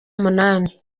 munani